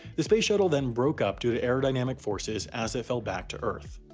the space shuttle then broke up due to aerodynamic forces as it fell back to earth.